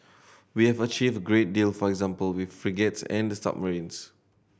we have achieved a great deal for example with frigates and the submarines